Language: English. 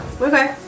Okay